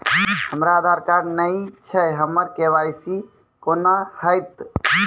हमरा आधार कार्ड नई छै हमर के.वाई.सी कोना हैत?